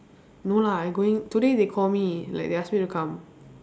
no lah I going today they call me like they ask me to come